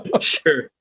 Sure